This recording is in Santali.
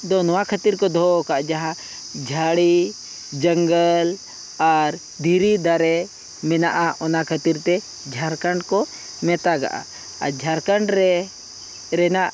ᱫᱚ ᱱᱚᱣᱟ ᱠᱷᱟᱹᱛᱤᱨ ᱠᱚ ᱫᱚᱦᱚᱣ ᱠᱟᱜᱼᱟ ᱡᱟᱦᱟᱸ ᱡᱷᱟᱹᱲᱤ ᱡᱚᱝᱜᱚᱞ ᱟᱨ ᱫᱷᱤᱨᱤ ᱫᱟᱨᱮ ᱢᱟᱱᱮᱜᱼᱟ ᱚᱱᱟ ᱠᱷᱟᱹᱛᱤᱨ ᱛᱮ ᱡᱷᱟᱲᱠᱷᱚᱸᱰ ᱠᱚ ᱢᱮᱛᱟᱜᱟᱜᱼᱟ ᱟᱨ ᱡᱷᱟᱲᱠᱷᱚᱸᱰ ᱨᱮ ᱨᱮᱱᱟᱜ